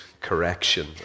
correction